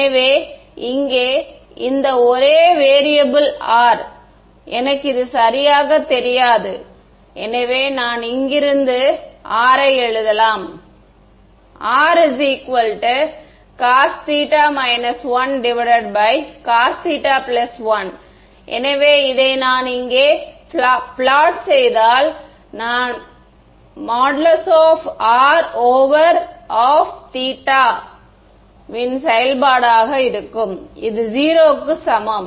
எனவே இங்கே இந்த ஒரே வேரியபில் R இது எனக்கு சரியாக தெரியாது எனவே நான் இங்கிருந்து R ஐ எழுதலாம் Rcos 1cos1 எனவே இதை நான் இங்கே பிளாட் செய்தால் நான் பிளாட் செய்தால் | R | over of θ ok இன் செயல்பாடாக இருக்கும் இது 0 க்கு சமம்